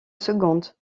seconde